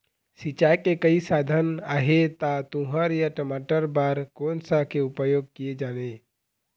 सिचाई के कई साधन आहे ता तुंहर या टमाटर बार कोन सा के उपयोग किए जाए?